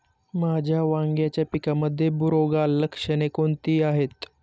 माझ्या वांग्याच्या पिकामध्ये बुरोगाल लक्षणे कोणती आहेत?